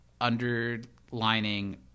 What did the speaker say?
underlining